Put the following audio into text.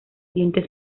dientes